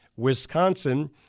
Wisconsin